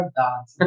dance